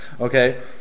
Okay